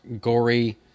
gory